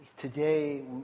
Today